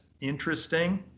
interesting